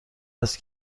است